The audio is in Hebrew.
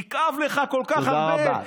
יכאב לך כל כך הרבה, תודה רבה.